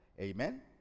Amen